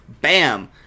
bam